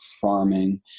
farming